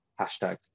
hashtags